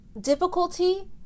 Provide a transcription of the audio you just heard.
Difficulty